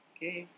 Okay